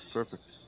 Perfect